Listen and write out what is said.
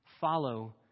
Follow